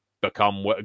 become